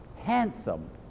handsome